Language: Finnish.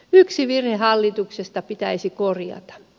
yksi virhe hallituksesta pitäisi korjata